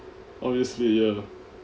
obviously ya